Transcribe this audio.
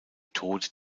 tod